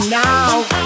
now